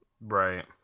Right